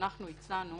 שאנחנו הצענו